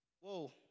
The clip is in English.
Whoa